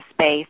space